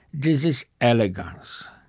this is elegance.